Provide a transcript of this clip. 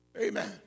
Amen